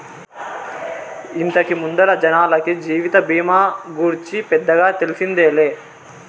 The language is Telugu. ఇంతకు ముందల జనాలకి జీవిత బీమా గూర్చి పెద్దగా తెల్సిందేలే